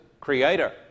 creator